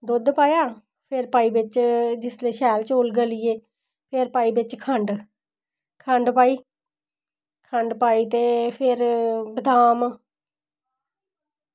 दुद्ध पाया फिर पाई बिच जिसलै शैल चौल गलिये फिर पाई बिच खंड खंड पाई खंड पाई ते फिर बदाम